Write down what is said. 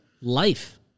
life